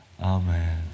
amen